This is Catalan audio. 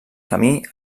camí